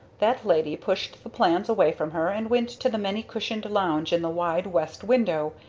that lady pushed the plans away from her, and went to the many cushioned lounge in the wide west window,